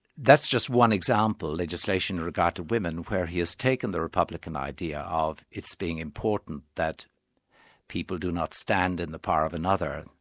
that's just one example, legislation in regard to women, where he has taken the republican idea of its being important that people do not stand in the power of another,